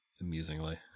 amusingly